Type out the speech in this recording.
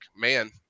man